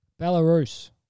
Belarus